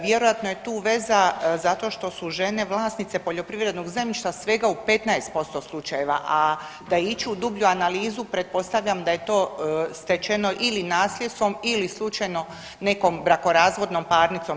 Vjerojatno je tu veza zato što su žene vlasnice poljoprivrednog zemljišta svega u 15% slučajeva, a da je ići u dublju analizu pretpostavljam da je to stečeno ili nasljedstvom ili slučajno nekom brakorazvodnom parnicom.